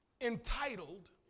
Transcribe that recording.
entitled